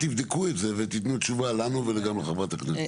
תבדקו את זה ותתנו תשובה לנו וגם לחברת הכנסת.